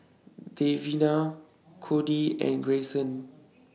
Davina Codie and Greyson